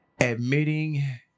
admitting